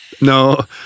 No